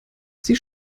sie